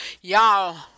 y'all